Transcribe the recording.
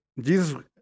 Jesus